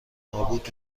نابود